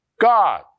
god